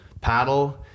paddle